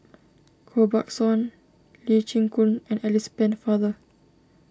Koh Buck Song Lee Chin Koon and Alice Pennefather